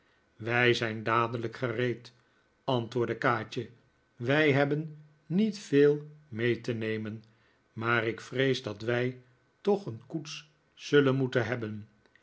wij zijn dadelijk gereed antwoordde kaatje wij hebben niet veel mee te nemen maar ik vrees dat wij toch een koets zullen moeten hebben